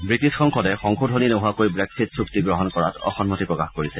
British সংসদে সংশোধনী নোহোৱাকৈ ব্ৰেক্সিট চুক্তি গ্ৰহণ কৰাত অসন্মতি প্ৰকাশ কৰিছে